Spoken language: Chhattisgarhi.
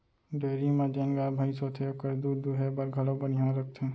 डेयरी म जेन गाय भईंस होथे ओकर दूद दुहे बर घलौ बनिहार रखथें